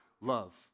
Love